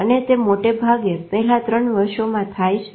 અને તે મોટેભાગે પહેલા 3 વર્ષોમાં થાય છે